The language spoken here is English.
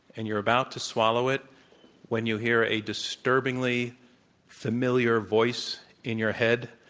and you're about to swallow it when you hear a disturbingly familiar voice in your head.